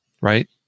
Right